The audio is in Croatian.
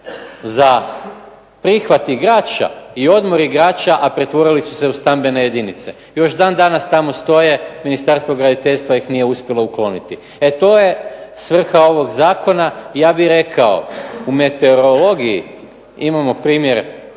za prihvat igrača i odmor igrača, a pretvorili su se u stambene jedinice. I još dan danas tamo stoje, Ministarstvo graditeljstva ih nije uspjelo ukloniti. E to je svrha ovog zakona. Ja bih rekao u meteorologiji imamo primjer